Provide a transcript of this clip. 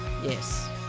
Yes